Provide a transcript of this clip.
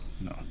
No